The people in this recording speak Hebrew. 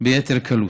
ביתר קלות.